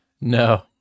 no